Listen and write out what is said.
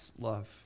love